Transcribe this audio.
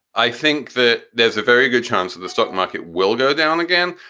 i think that there's a very good chance that the stock market will go down again.